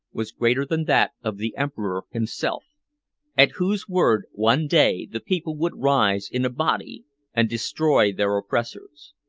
was greater than that of the emperor himself at whose word one day the people would rise in a body and destroy their oppressors.